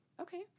Okay